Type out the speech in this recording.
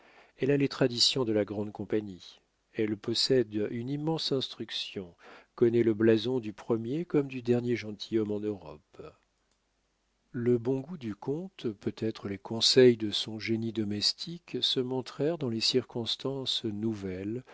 elle a les traditions de la grande compagnie elle possède une immense instruction connaît le blason du premier comme du dernier gentilhomme en europe le bon goût du comte peut-être les conseils de son génie domestique se montrèrent dans les circonstances nouvelles